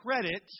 credit